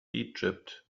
egypt